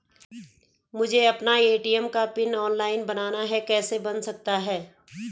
मुझे अपना ए.टी.एम का पिन ऑनलाइन बनाना है कैसे बन सकता है?